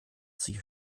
sie